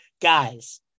guys